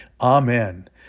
Amen